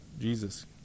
Jesus